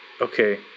Okay